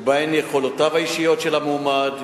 ובהן יכולותיו האישיות של המועמד,